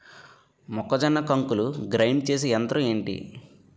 మొక్కజొన్న కంకులు గ్రైండ్ చేసే యంత్రం ఏంటి?